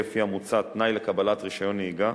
לפי המוצע תנאי לקבלת רשיון נהיגה,